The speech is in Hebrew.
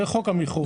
זה חוק המכרות.